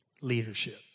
leadership